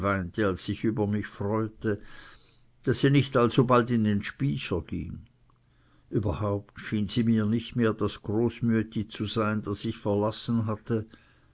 als sich über mich freute daß sie nicht alsobald in den spycher ging überhaupt schien sie mir nicht mehr das großmüetti zu sein das ich verlassen hatte